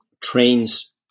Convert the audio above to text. trains